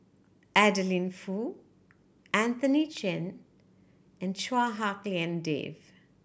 Adeline Foo Anthony Chen and Chua Hak Lien Dave